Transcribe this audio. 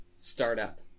Startup